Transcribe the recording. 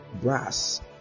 brass